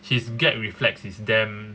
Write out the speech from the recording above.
his gag reflex is damn